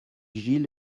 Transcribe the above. gille